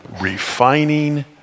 refining